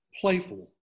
playful